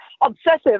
Obsessive